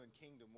kingdom